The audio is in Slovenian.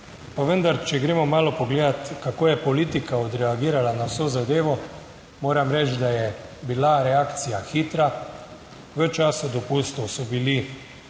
pa vendar, če gremo malo pogledati, kako je politika odreagirala na vso zadevo, moram reči, da je bila reakcija hitra. V času dopustov so bili